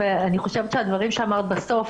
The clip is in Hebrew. ואני חושבת שהדברים שאמרת בסוף,